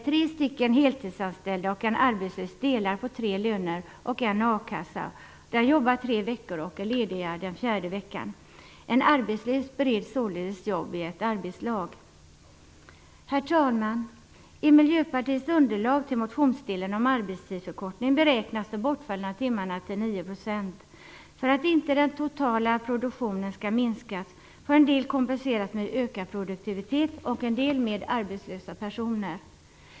Tre heltidsanställda och en arbetslös delar på tre löner och en a-kassa. De jobbar tre veckor och är lediga den fjärde veckan. En arbetslös bereds således jobb i ett arbetslag. Herr talman! I Miljöpartiets underlag till den delen av motionen som gäller arbetstidsförkortning beräknas de bortfallna timmarna till 9 %. För att den totala produktionen inte skall minskas får en del kompenseras med ökad produktivitet och en del med arbetslösa personer.